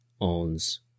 owns